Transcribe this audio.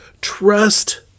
Trust